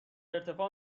ارتفاع